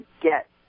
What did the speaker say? get